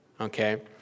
Okay